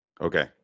Okay